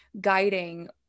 guiding